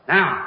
Now